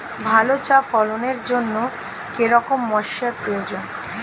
ভালো চা ফলনের জন্য কেরম ময়স্চার প্রয়োজন?